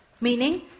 Meaning